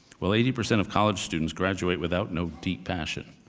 well, eighty percent of college students graduate without no deep passion.